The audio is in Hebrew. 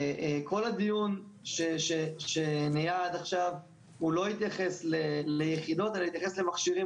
כל הדיון שהיה עד עכשיו הוא לא התייחס ליחידות אלא התייחס למכשירים